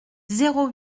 zéro